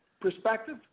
perspective